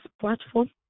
platform